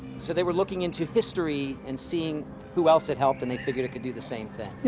so they were looking into history and seeing who else it helped, and they figured it could do the same thing. yeah.